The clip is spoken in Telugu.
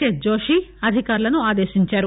కె జోషి అధికారులను ఆదేశించారు